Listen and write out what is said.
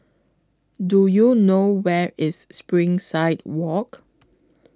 Do YOU know Where IS Springside Walk